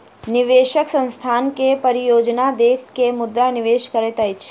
निवेशक संस्थानक के परियोजना देख के मुद्रा निवेश करैत अछि